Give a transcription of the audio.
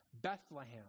Bethlehem